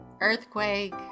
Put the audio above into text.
Earthquake